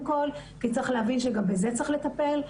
כי צריך להבין שגם בזה צריך לטפל,